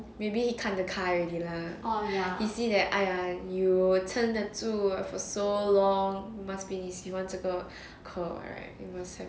maybe he 看得开 already lah he see that !aiya! you 撑得住 for so long must be 你喜欢这个课 right you must have